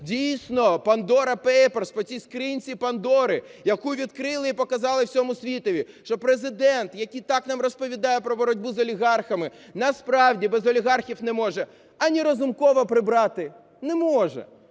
дійсно, Pandora Papers, по цій скриньці Пандори, яку відкрили і показали всьому світові, що Президент, який так нам розповідає про боротьбу з олігархами, насправді без олігархів не може ані Разумкова прибрати, не може,